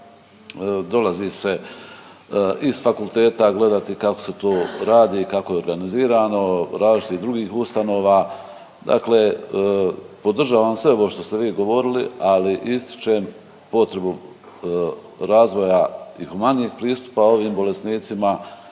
dolazi se iz fakulteta gledati kako se to radi i kako je organizirano, različitih drugih ustanova. Dakle, podržavam sve ovo što ste vi govorili, ali ističem potrebu razvoja i humanijeg pristupa ovim bolesnicima